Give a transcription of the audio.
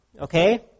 okay